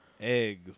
eggs